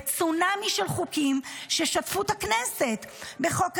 מצונאמי של חוקים ששטפו את הכנסת: חוק ההשתמטות,